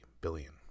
billion